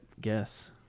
guess